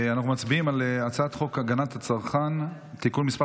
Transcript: אנחנו מצביעים על הצעת חוק הגנת הצרכן (תיקון מס'